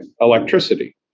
electricity